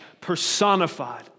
personified